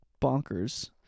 bonkers